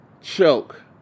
choke